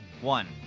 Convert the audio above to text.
one